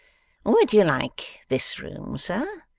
would you like this room, sir?